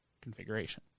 configuration